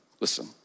Listen